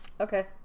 Okay